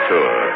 Tour